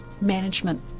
management